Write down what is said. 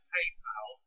Paypal